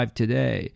today